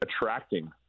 attracting